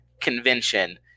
convention